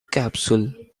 capsule